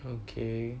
okay